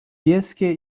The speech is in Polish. bieskie